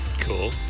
Cool